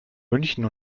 münchen